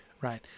right